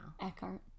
Eckhart